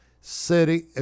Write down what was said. city